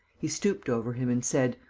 he stooped over him and said,